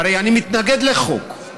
הרי אני מתנגד לחוק,